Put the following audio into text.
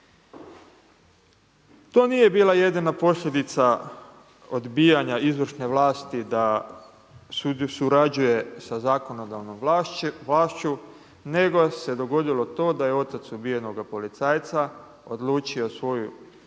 To nije bila jedina posljedica odbijanja izvršne vlasti da surađuje sa zakonodavnom vlašću nego se dogodilo to da je otac ubijenoga policajca odlučio pravdu